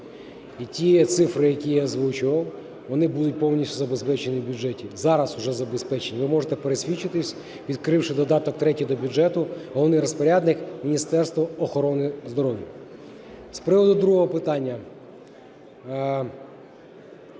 І ті цифри, які я озвучував, вони будуть повністю забезпеченні в бюджеті, зараз уже забезпечені. Ви можете пересвідчитись, відкривши додаток третій до бюджету, головний розпорядник – Міністерство охорони здоров'я. З приводу другого питання.